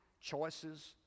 choices